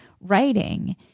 writing